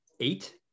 eight